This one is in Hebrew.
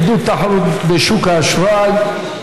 עידוד תחרות בשוק האשראי),